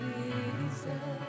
Jesus